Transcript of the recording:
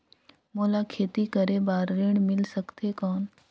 मोला खेती करे बार ऋण मिल सकथे कौन?